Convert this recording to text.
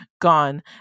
gone